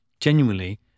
Genuinely